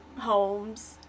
homes